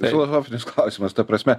filosofinis klausimas ta prasme